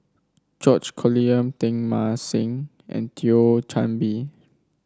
George Collyer Teng Mah Seng and Thio Chan Bee